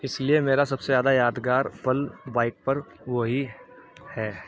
اس لیے میرا سب سے زیادہ یادگار پل بائک پر وہی ہے